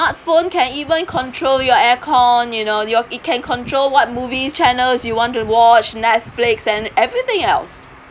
smartphone can even control your air con you know your it can control what movies channels you want to watch netflix and everything else